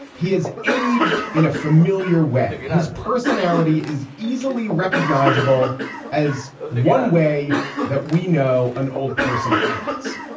he has aged in a familiar way. his personality is easily recognizable as one way that we know an old person acts.